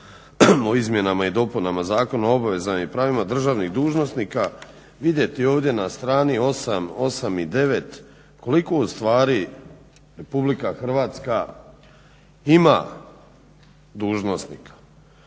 o izmjenama i dopunama Zakona o obvezama i pravima državnih dužnosnika vidjeti ovdje na strani 8 i 9 koliko ustvari Republika Hrvatska ima dužnosnika.